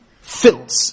filth